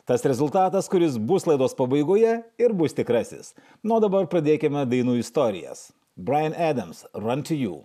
tas rezultatas kuris bus laidos pabaigoje ir bus tikrasis nu o dabar pradėkime dainų istorijas bryan adams run to you